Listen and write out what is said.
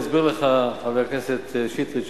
יסביר לך חבר הכנסת שטרית,